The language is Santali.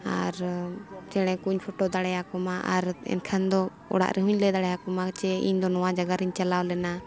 ᱟᱨ ᱪᱮᱬᱮ ᱠᱚᱧ ᱯᱷᱳᱴᱳ ᱫᱟᱲᱮᱭᱟᱠᱚ ᱢᱟ ᱟᱨ ᱮᱱᱠᱷᱟᱱ ᱫᱚ ᱚᱲᱟᱜ ᱨᱮᱦᱚᱸᱧ ᱞᱟᱹᱭ ᱫᱟᱲᱮᱭᱟᱠᱚ ᱢᱟ ᱡᱮ ᱤᱧ ᱫᱚ ᱱᱚᱶᱟ ᱡᱟᱭᱜᱟ ᱨᱤᱧ ᱪᱟᱞᱟᱣ ᱞᱮᱱᱟ